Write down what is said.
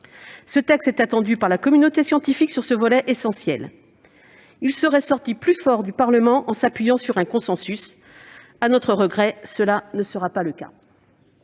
Ce texte est attendu par la communauté scientifique sur ce volet essentiel. Il serait sorti plus fort du Parlement s'il s'était appuyé sur un consensus. À notre regret, cela ne sera pas le cas.